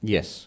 Yes